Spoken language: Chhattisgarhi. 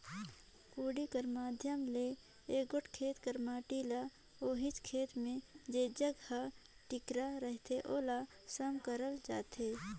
कोड़ी कर माध्यम ले एगोट खेत कर माटी ल ओहिच खेत मे जेजग हर टिकरा रहथे ओला सम करल जाथे